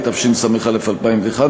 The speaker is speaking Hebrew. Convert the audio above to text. התשס"א 2001,